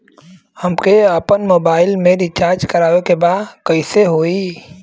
हमके आपन मोबाइल मे रिचार्ज करे के बा कैसे होई?